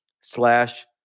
slash